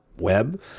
web